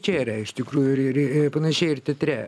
čia yra iš tikrųjų ir ir panašiai ir teatre